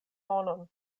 monon